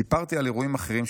סיפרתי על אירועים אחרים,